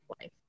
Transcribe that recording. life